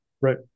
Right